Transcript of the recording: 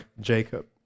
Jacob